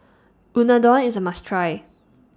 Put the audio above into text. Unadon IS A must Try